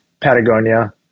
Patagonia